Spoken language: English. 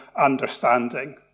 understanding